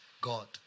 God